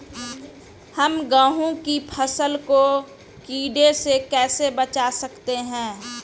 हम गेहूँ की फसल को कीड़ों से कैसे बचा सकते हैं?